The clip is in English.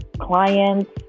clients